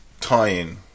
tie-in